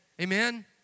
amen